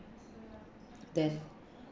then